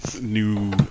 new